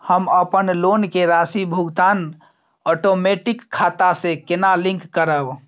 हम अपन लोन के राशि भुगतान ओटोमेटिक खाता से केना लिंक करब?